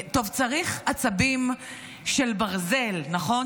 צריך עצבים של ברזל, נכון?